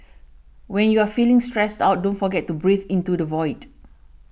when you are feeling stressed out don't forget to breathe into the void